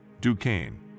Duquesne